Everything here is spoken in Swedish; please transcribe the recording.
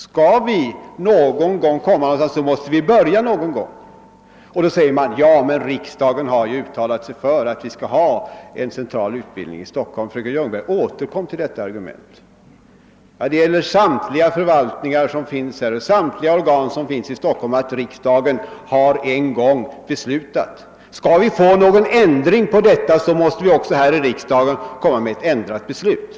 Om vi skall komma någonstans, måste vi någon gång börja. Mot detta invänds att riksdagen ju har uttalat sig för att det skall vara en central utbildning förlagd till Stockholm. Fröken Ljungberg återkom till detta argument. Ja, det är något som gäller samtliga statliga organ och förvaltningar som ligger i Stockholm. Riksdagen har en gång beslutat om deras placering. Skall vi få någon ändring i detta förhållande, måste vi också här i riksdagen fatta beslut om en sådan ändring.